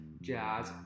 Jazz